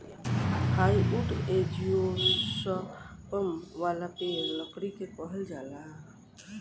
hardwood angiosperm वाला पेड़ लकड़ी के कहल जाला